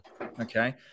Okay